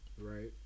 Right